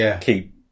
keep